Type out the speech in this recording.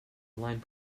aligned